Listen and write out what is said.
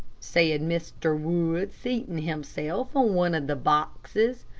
said mr. wood, seating himself on one of the boxes,